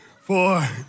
four